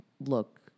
look